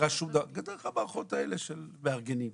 דרך המערכות האלה של מארגנים,